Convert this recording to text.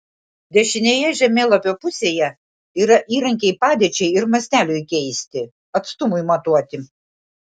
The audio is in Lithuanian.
dešinėje žemėlapio pusėje yra įrankiai padėčiai ir masteliui keisti atstumui matuoti